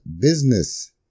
business